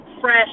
fresh